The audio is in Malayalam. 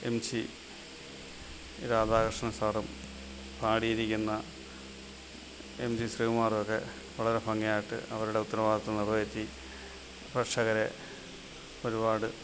എം ജി രാധാകൃഷ്ണൻ സാറും പാടിയിരിക്കുന്ന എം ജി ശ്രീകുമാര് വരെ വളരെ ഭംഗിയായിട്ട് അവരുടെ ഉത്തരവാദിത്തം നിറവേറ്റി പ്രേക്ഷകരെ ഒരുപാട്